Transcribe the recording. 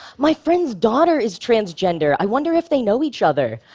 my friend's daughter is transgender i wonder if they know each other.